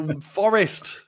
forest